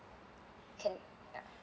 can ya